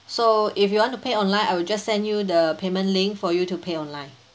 so if you want to pay online I will just send you the payment link for you to pay online